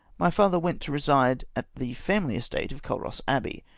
my father went to reside at the family estate of cukoss abbey,